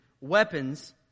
weapons